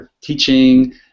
teaching